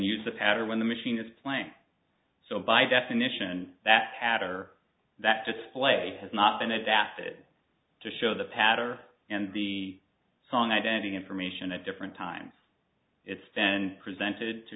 the patter when the machine is playing so by definition that patter that display has not been adapted to show the patter and the song identity information at different times it's been presented to